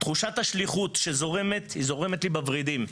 תחושת השליחות זורמת לי בוורידים,